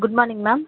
good morning ma'am